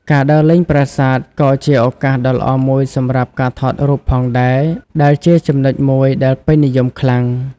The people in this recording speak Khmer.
ការដើរលេងប្រាសាទក៏ជាឱកាសដ៏ល្អមួយសម្រាប់ការថតរូបផងដែរ ដែលជាចំណុចមួយដែលពេញនិយមខ្លាំង។